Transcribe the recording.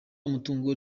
umutungo